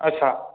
अच्छा